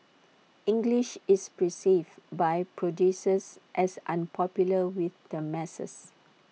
English is perceived by producers as unpopular with the masses